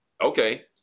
Okay